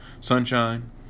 sunshine